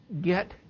get